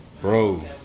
bro